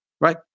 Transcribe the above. right